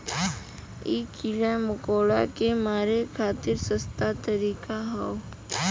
इ कीड़ा मकोड़ा के मारे खातिर सस्ता तरीका हौ